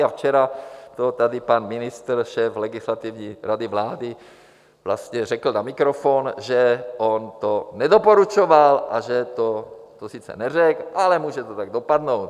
A včera to tady pan ministr, šéf Legislativní rady vlády vlastně řekl na mikrofon, že on to nedoporučoval a že to sice neřekl, ale může to tak dopadnout.